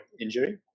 injury